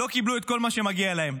לא קיבלו את כל מה שמגיע להם.